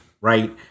right